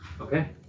Okay